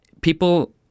people